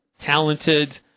talented